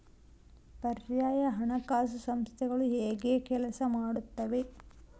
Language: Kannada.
ಪರ್ಯಾಯ ಹಣಕಾಸು ಸಂಸ್ಥೆಗಳು ಹೇಗೆ ಕೆಲಸ ಮಾಡುತ್ತವೆ?